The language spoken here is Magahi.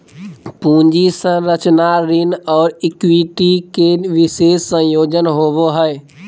पूंजी संरचना ऋण और इक्विटी के विशेष संयोजन होवो हइ